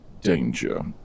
danger